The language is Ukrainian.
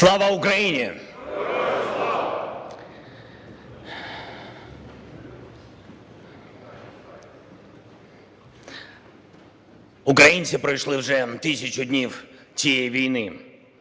Слава Україні! Українці пройшли вже 1000 днів цієї війни.